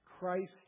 Christ